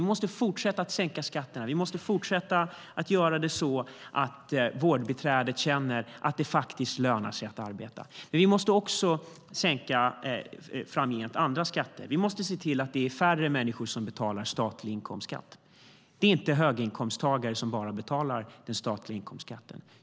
Vi måste fortsätta att sänka skatterna, och vi måste fortsätta att göra så att vårdbiträdet känner att det faktiskt lönar sig att arbeta. Men vi måste också framgent sänka andra skatter. Vi måste se till att det är färre människor som betalar statlig inkomstskatt. Det är inte bara höginkomsttagare som betalar den statliga inkomstskatten.